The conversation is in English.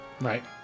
Right